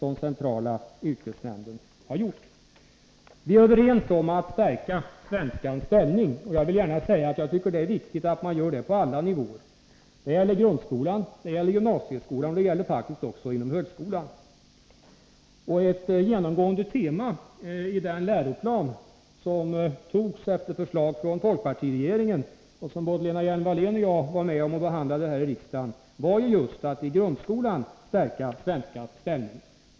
Vi är överens om att stärka svenskans ställning. Jag vill gärna säga att jag tycker det är viktigt att göra det på alla nivåer. Det gäller inom grundskolan, det gäller inom gymnasieskolan, och det gäller faktiskt också inom högskolan. Ett genomgående tema i den läroplan som antogs efter förslag från folkpartiregeringen och som både Lena Hjelm-Wallén och jag var med om att behandla här i riksdagen var just att i grundskolan stärka svenskans ställning.